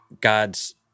God's